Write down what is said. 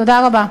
תודה רבה.